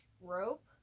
rope